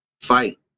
fight